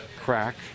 crack